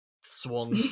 swung